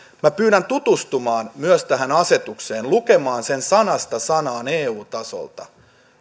minä pyydän tutustumaan myös tähän asetukseen lukemaan sen sanasta sanaan eu tasolta